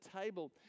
table